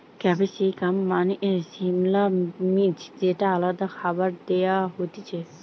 capsicum মানে সিমলা মির্চ যেটা আলাদা খাবারে দেয়া হতিছে